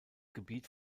gebiet